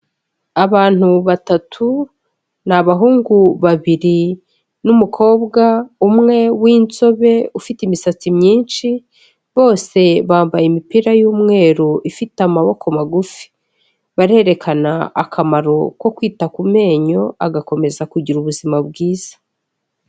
Abantu batatu, ni abahungu babiri n'umukobwa umwe w'inzobe ufite imisatsi myinshi, bose bambaye imipira y'umweru ifite amaboko magufi. Barerekana akamaro ko kwita ku menyo agakomeza kugira ubuzima bwiza.